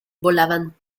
volaban